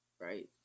Right